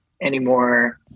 anymore